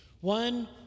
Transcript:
One